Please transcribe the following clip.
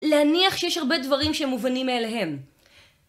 להניח שיש הרבה דברים שמובנים אליהם.